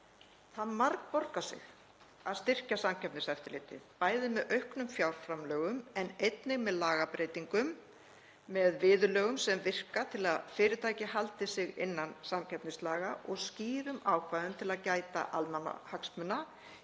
Það margborgar sig að styrkja Samkeppniseftirlitið, bæði með auknum fjárframlögum en einnig með lagabreytingum, með viðurlögum sem virka til að fyrirtæki haldi sig innan samkeppnislaga og skýrum ákvæðum til að gæta almannahagsmuna í anda